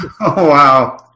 wow